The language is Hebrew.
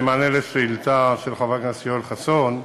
במענה על השאילתה של חבר הכנסת יואל חסון,